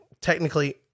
technically